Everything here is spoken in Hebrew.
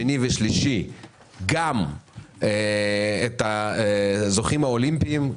שני ושלישי גם את הזוכים האולימפיים,